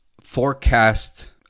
forecast